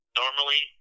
normally